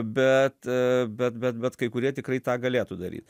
bet bet bet bet kai kurie tikrai tą galėtų daryt